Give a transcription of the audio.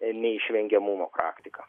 neišvengiamumo praktika